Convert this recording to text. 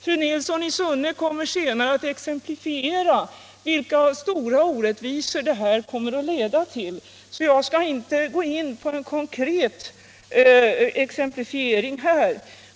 Fru Nilsson i Sunne kommer senare att exemplifiera vilka stora orättvisor detta förslag kommer att leda till, så jag skall inte gå in på någon konkret exemplifiering här.